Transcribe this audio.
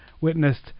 witnessed